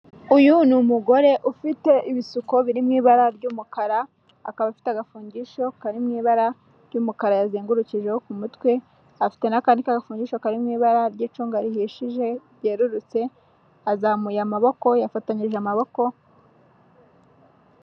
Uyu ni umugore ufite ibisuko biri mu ibara ry'umukara akaba afite agafugisho kari mu ibara ry'umukara yazengurukijeho ku mutwe. Afite n'akandi gafungisho karimo ibara ry'icunga rihishije ryerurutse azamuye amaboko, yafatanyije amaboko.